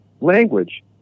language